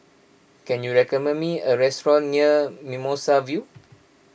can you recommend me a restaurant near Mimosa View